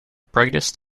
brightest